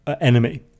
enemy